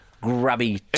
grubby